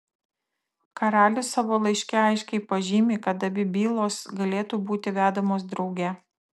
karalius savo laiške aiškiai pažymi kad abi bylos galėtų būti vedamos drauge